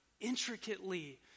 intricately